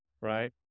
right